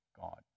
God